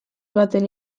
baten